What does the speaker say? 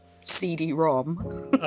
CD-ROM